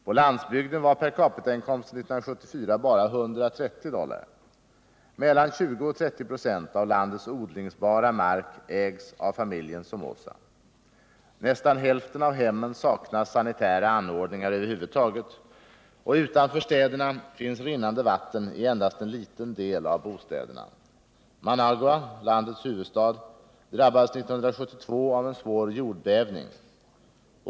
På landsbygden var per capita-inkomsten 1974 bara 130 dollar. Mellan 20 och 30 926 av landets odlingsbara mark ägs av familjen Somoza. Nästan hälften av hemmen saknar sanitära anordningar över huvud taget, och utanför städerna finns rinnande vatten i endast en liten del av bostäderna. Managua, landets huvudstad, drabbades 1972 av en svår jordbävning.